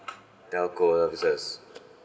telco services